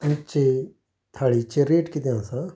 तुमची थाळीचे रेट किदें आसा